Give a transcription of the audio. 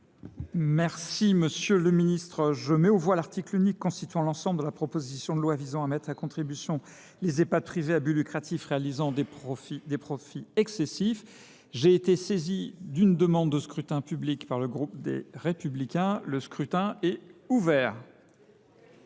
parole ?… Je mets aux voix l’article unique constituant l’ensemble de la proposition de loi visant à mettre à contribution les Ehpad privés à but lucratif réalisant des profits excessifs. J’ai été saisi d’une demande de scrutin public émanant du groupe Les Républicains. Il va être